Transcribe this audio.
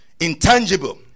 intangible